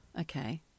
Okay